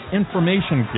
information